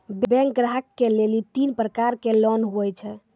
Bank ग्राहक के लेली तीन प्रकर के लोन हुए छै?